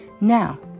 Now